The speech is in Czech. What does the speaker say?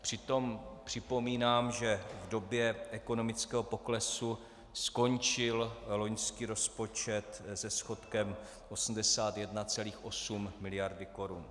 Přitom připomínám, že v době ekonomického poklesu skončil loňský rozpočet se schodkem 81,8 mld. korun.